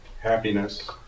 happiness